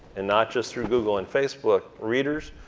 and not just through google and facebook, readers.